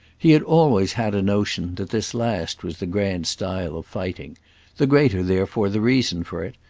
he had always had a notion that this last was the grand style of fighting the greater therefore the reason for it,